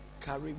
carry